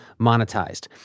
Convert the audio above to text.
monetized